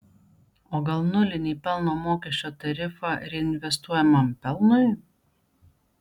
o gal nulinį pelno mokesčio tarifą reinvestuojamam pelnui